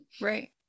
Right